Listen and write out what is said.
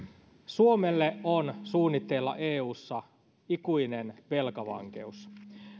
suomelle on suunnitteilla eussa ikuinen velkavankeus